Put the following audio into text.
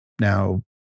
now